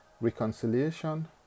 reconciliation